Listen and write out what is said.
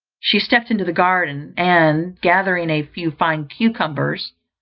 she stepped into the garden, and gathering a few fine cucumbers,